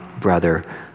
brother